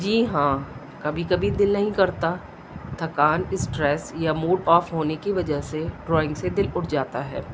جی ہاں کبھی کبھی دل نہیں کرتا تھکان اسٹریس یا موڈ آف ہونے کی وجہ سے ڈرائنگ سے دل اٹھ جاتا ہے